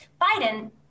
Biden